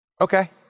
Okay